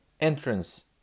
entrance